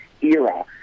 era